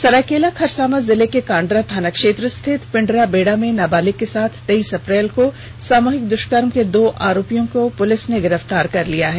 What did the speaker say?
सरायकेला खरसांवा जिले के कांड़ा थाना क्षेत्र स्थित पिंडराबेडा में नाबालिग के साथ तेईस अप्रैल को सामूहिक द्ष्कर्म के दो आरोपियों को पुलिस ने गिरफ़तार कर लिया है